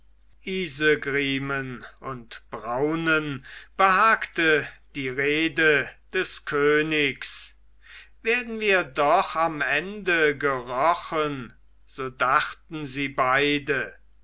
isegrimen und braunen behagte die rede des königs werden wir doch am ende gerochen so dachten sie beide